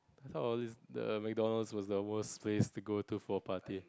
I thought all these the MacDonald's was the worst place to go to for a party